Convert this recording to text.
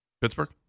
Pittsburgh